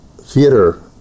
theater